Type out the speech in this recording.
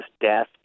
death